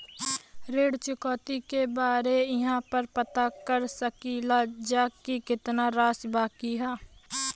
ऋण चुकौती के बारे इहाँ पर पता कर सकीला जा कि कितना राशि बाकी हैं?